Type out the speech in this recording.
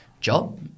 job